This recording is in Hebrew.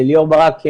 ליאור ברק,